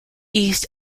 east